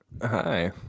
Hi